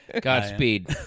Godspeed